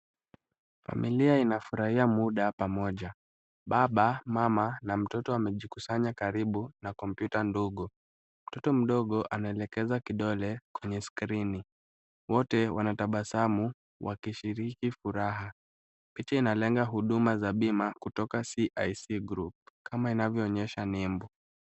Familia inafurahia muda pamoja. Baba, mama na mtoto wamejikusanya karibu na komputa ndogo. Mtoto mdogo anaelekeza kidole kwenye skrini. Wote wanatabasamu wakishiriki furaha. Picha inalenga huduma za bima kutoka CIC Group kama inavyoonyesha nembo.